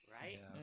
Right